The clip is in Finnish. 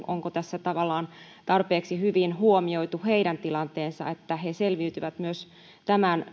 onko tässä tavallaan tarpeeksi hyvin huomioitu heidän tilanteensa että he selviytyvät myöskin tämän